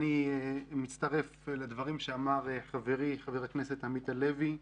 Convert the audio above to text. אני מצטרף לדברים שאמר חברי חבר הכנסת עמית הלוי.